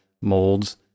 molds